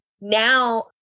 now